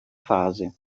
fase